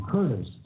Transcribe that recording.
Curtis